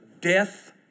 death